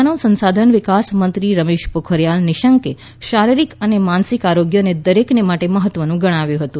માનવ સંસાધન વિકાસ મંત્રી રમેશ પોખરિયાલ નિશંકે શારીરિક અને માનસિક આરોગ્યને દરેકને માટે મહત્ત્વનું ગણાવ્યું હતું